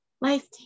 life